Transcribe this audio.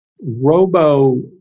Robo